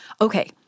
Okay